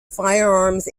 firearms